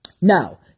Now